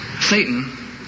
Satan